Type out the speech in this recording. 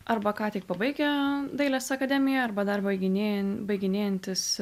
arba ką tik pabaigę dailės akademiją arba dar baiginėja baiginėjantys